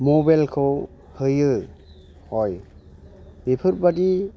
मबाइलखौ होयो हय बेफोरबादि